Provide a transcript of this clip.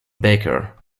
baker